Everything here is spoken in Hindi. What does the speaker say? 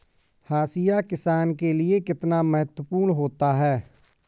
हाशिया किसान के लिए कितना महत्वपूर्ण होता है?